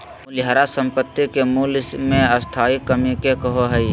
मूल्यह्रास संपाति के मूल्य मे स्थाई कमी के कहो हइ